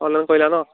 online কৰিলা নহ্